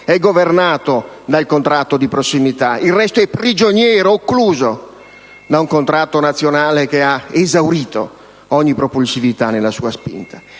è governato dal contratto di prossimità. Il resto è prigioniero, occluso da un contratto nazionale che ha esaurito ogni propulsività nella sua spinta.